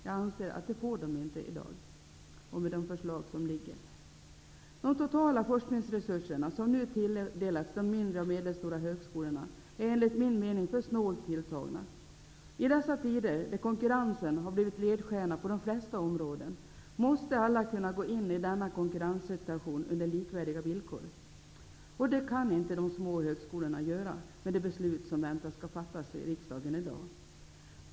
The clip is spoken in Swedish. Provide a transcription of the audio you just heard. Jag anser att den möjligheten inte ges i dag i de förslag som har lagts fram. De totala forskningsresurserna som nu tilldelas de mindre och medelstora högskolorna är, enligt min mening, för snålt tilltagna. I dessa tider där konkurrensen har blivit ledstjärna på de flesta områden måste alla kunna gå in i denna konkurrenssiutation under likvärdiga villkor. Det kan inte de små högskolorna göra med tanke på de beslut som förväntas fattas av riksdagen i dag.